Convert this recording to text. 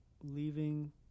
Leaving